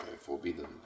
forbidden